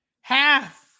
Half